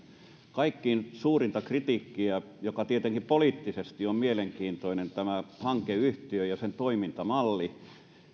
kaikkein suurin kritiikki joka tietenkin poliittisesti on mielenkiintoinen tämä hankeyhtiö ja sen toimintamalli